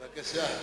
בבקשה.